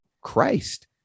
Christ